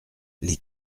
les